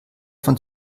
von